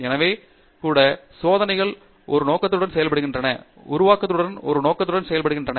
எனவே கூட சோதனைகள் ஒரு நோக்கத்துடன் செய்யப்படுகின்றன உருவகப்படுத்துதல்கள் ஒரு நோக்கத்துடன் செய்யப்படுகின்றன